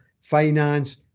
finance